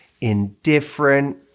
indifferent